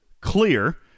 clear